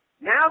now